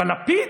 אבל לפיד,